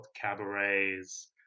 cabarets